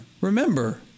Remember